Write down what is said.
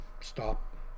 stop